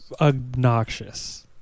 obnoxious